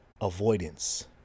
avoidance